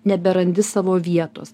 neberandi savo vietos